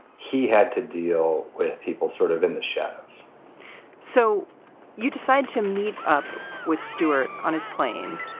he had to deal with people sort of in the shadows so you decide to meet up with stuart on his plane.